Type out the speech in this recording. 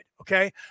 Okay